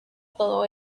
todo